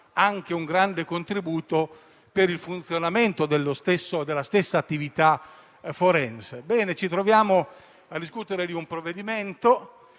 un grande contributo per il funzionamento della stessa attività forense. Ci troviamo quindi a discutere un provvedimento